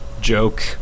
joke